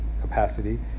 capacity